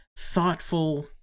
thoughtful